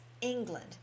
England